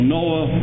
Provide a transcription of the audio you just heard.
Noah